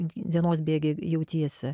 dienos bėgy jautiesi